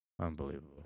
Unbelievable